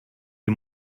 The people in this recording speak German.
die